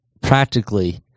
practically